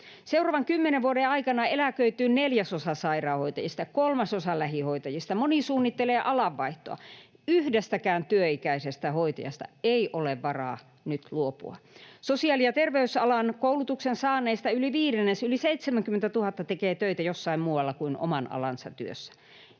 Seuraavan kymmenen vuoden aikana eläköityy neljäsosa sairaanhoitajista ja kolmasosa lähihoitajista. Moni suunnittelee alanvaihtoa. Yhdestäkään työikäisestä hoitajasta ei ole varaa nyt luopua. Sosiaali- ja terveysalan koulutuksen saaneista yli viidennes, yli 70 000, tekee töitä jossain muussa kuin oman alansa työssä.